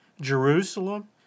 Jerusalem